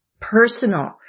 personal